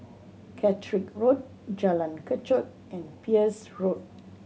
Catterick Road Jalan Kechot and Peirce Road